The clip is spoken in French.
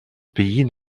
pays